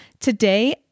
Today